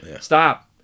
stop